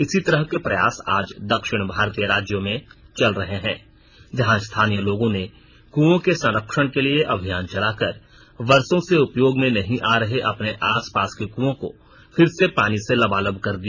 इसी तरह के प्रयास आज दक्षिण भारतीय राज्यों में चल रहे हैं जहां स्थानीय लोगों ने कृंओं के संरक्षण के लिए अभियान चलाकर वर्षों से उपयोग में नहीं आ रहे अपने आसपास के कुंओं को फिर से पानी से लबालब कर दिया